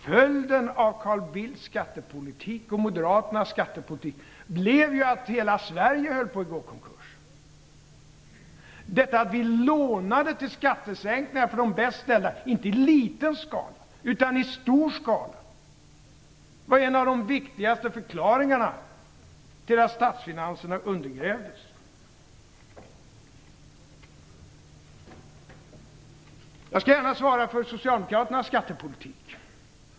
Följden av Carl Bildts och moderaternas skattepolitik blev att hela Sverige höll på att gå i konkurs. Detta att vi lånade till skattesänkningar för de bäst ställda, inte i liten skala utan i stor, var en av de viktigaste förklaringarna till att statsfinanserna undergrävdes. Jag skall gärna svara för socialdemokraternas skattepolitik.